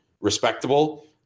respectable